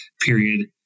period